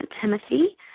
Timothy